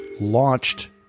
launched